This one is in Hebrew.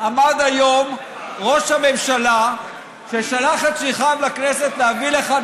עמד היום ראש הממשלה ששלח את שליחיו לכנסת להביא לכאן